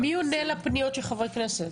מי עונה לפניות של חברי הכנסת?